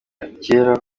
kera